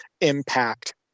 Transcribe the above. impact